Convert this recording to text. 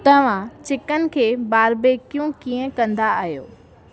तव्हां चिकन खे बारबेक्यू कीअं कंदा आहियो